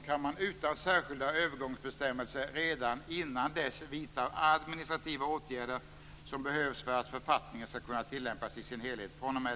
kan man utan några särskilda övergångsbestämmelser redan innan dess vidta de administrativa åtgärder som behövs för att författningen ska kunna tillämpas i sin helhet fr.o.m.